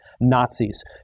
Nazis